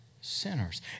sinners